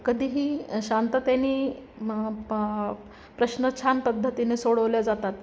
कधीही शांततेनी म प प्रश्न छान पद्धतीने सोडवल्या जातात